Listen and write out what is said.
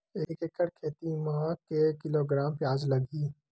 एक एकड़ खेती म के किलोग्राम प्याज लग ही?